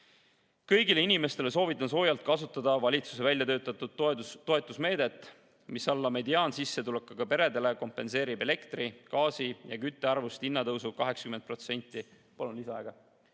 Kõigile inimestele soovitan soojalt kasutada valitsuse väljatöötatud toetusmeedet, mis alla mediaansissetulekuga peredele kompenseerib elektri-, gaasi- ja küttearvest hinnatõusu 80%. Palun lisaaega.